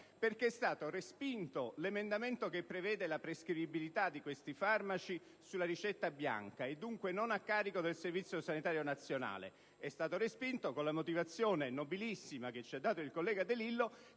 22". È stato respinto l'emendamento che prevede la prescrivibilità di questi farmaci sulla ricetta bianca, e dunque non a carico del Servizio sanitario nazionale, con la motivazione nobilissima - che ci ha dato il collega De Lillo